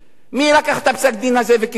מי לקח את פסק-הדין הזה וקידם אותו,